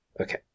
Okay